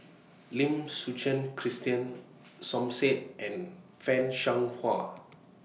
Lim Suchen Christine Som Said and fan Shao Hua